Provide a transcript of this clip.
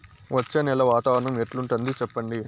వచ్చే నెల వాతావరణం ఎట్లుంటుంది చెప్పండి?